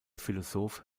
philosoph